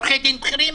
עורכי דין בכירים,